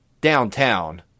downtown